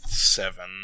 Seven